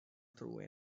through